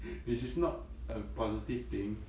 which is not a positive thing